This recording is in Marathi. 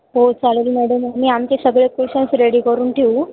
हो चालेल मॅडम आम्ही आमचे सगळे क्वेशन्स रेडी करून ठेऊ